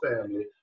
family